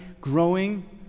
growing